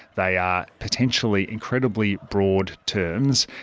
they are potentially incredibly broad terms,